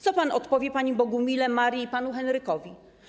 Co pan odpowie paniom Bogumile i Marii i panu Henrykowi?